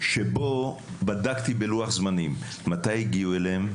ובו בדקתי בלוח זמנים מתי הגיעו אליהם.